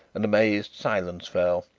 an amazed silence fell,